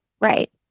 Right